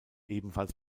ebenfalls